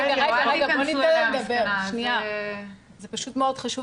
רגע, בוא ניתן לה לדבר, זה פשוט מאוד חשוב.